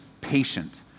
patient